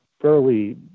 fairly